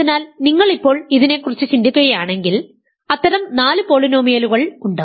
അതിനാൽ നിങ്ങൾ ഇപ്പോൾ ഇതിനെക്കുറിച്ച് ചിന്തിക്കുകയാണെങ്കിൽ അത്തരം നാല് പോളിനോമിയലുകൾ ഉണ്ട്